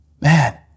Man